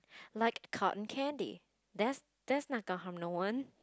like cotton candy that's that's not gonna harm no one